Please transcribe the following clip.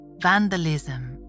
vandalism